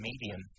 medium